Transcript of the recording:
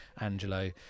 Angelo